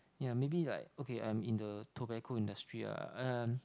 ya maybe like okay I'm in the tobacco industry ah and